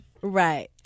Right